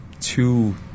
two